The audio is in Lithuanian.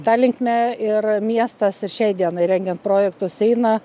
ta linkme ir miestas ir šiai dienai rengiant projektus eina